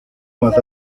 más